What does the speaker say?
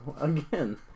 Again